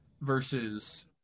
versus